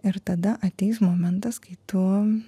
ir tada ateis momentas kai tu